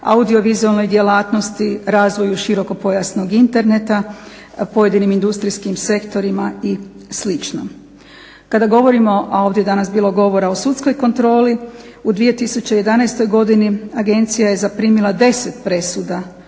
audio vizualnoj djelatnosti, razvoju široko pojasnog Inerneta, pojedinim industrijskim sektorima i slično. Kada govorimo, ovdje je danas bilo govora o sudskoj kontroli u 2011. godini agencija je zaprimila 10 presuda